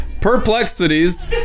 perplexities